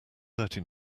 thirty